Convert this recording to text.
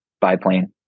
biplane